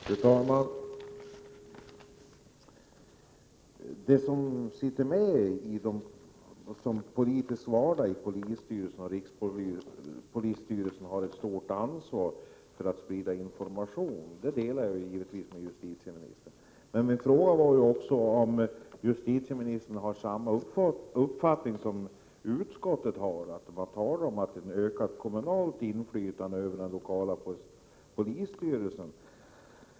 Fru talman! De som sitter med som politiskt valda i polisstyrelserna och rikspolisstyrelsen har ett stort ansvar för att sprida information. Där delar jag givetvis justitieministerns uppfattning. Men min fråga gällde också om justitieministern i likhet med utskottet har förståelse för önskemål om ökat kommunalt inflytande över den lokala polisstyrelsen.